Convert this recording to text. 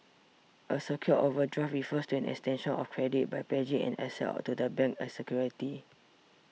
a secured overdraft refers to an extension of credit by pledging an asset to the bank as security